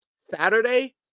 Saturday